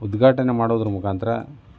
ಉದ್ಘಾಟನೆ ಮಾಡುವುದರ ಮುಖಾಂತರ